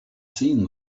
seen